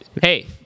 Hey